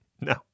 no